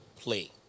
play